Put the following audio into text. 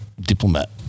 diplomat